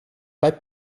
pas